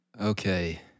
Okay